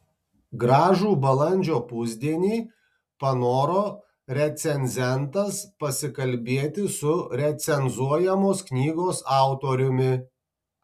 gražų balandžio pusdienį panoro recenzentas pasikalbėti su recenzuojamos knygos autoriumi